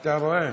אתה רואה?